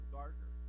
darker